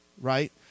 Right